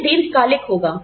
यह दीर्घकालिक होगा